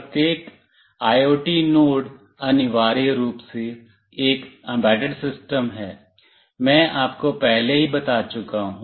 प्रत्येक IoT node अनिवार्य रूप से एक एम्बेडेड सिस्टम है मैं आपको पहले ही बता चुका हूं